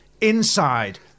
inside